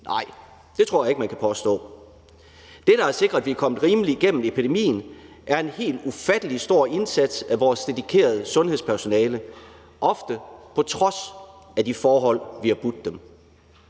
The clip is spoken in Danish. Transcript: Nej, det tror jeg ikke man kan påstå. Det, der har sikret, at vi er kommet rimeligt igennem epidemien, er en helt ufattelig stor indsats af vores dedikerede sundhedspersonale, ofte på trods af de forhold, vi har budt dem.